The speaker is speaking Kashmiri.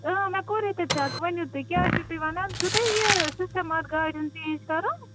اۭں مےٚ کوٚر یتین چک ؤنِو تُہۍ کیٛاہ ٲسِو تُہۍ ونان چھُو تۄہہِ یہِ سسٹم گاڑِ ہنٛد چینج کرُن